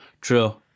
True